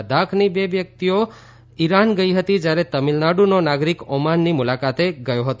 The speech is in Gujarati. લદ્દાખની બે વ્યક્તિઓલ ઇરાન ગઇ હતી જયારે તમિલનાડુનો નાગરિક ઓમાનની મુલાકાતે ગયો હતો